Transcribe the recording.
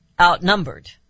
outnumbered